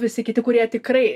visi kiti kurie tikrai